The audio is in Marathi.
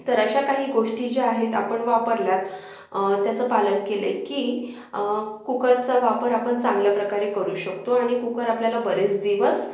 तर अशा काही गोष्टी ज्या आहेत आपण वापरलात त्याचं पालन केले की कुकरचा वापर आपण चांगल्या प्रकारे करू शकतो आणि कुकर आपल्याला बरेच दिवस